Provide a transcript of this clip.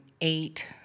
eight